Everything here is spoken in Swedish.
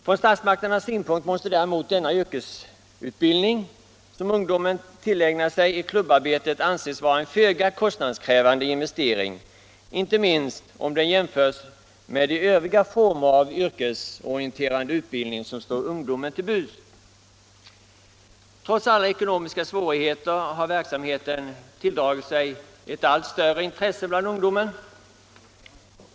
Från statsmakternas synpunkt måste däremot denna yrkesutbildning, som ungdomarna tillägnar sig i klubbarbetet, anses vara en föga kostnadskrävande investering, inte minst om den jämförs med de övriga former av yrkesorienterande forskning utbildning som står de unga till buds. Trots alla ekonomiska svårigheter har verksamheten tilldragit sig ett allt större intresse bland ungdomarna.